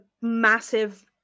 massive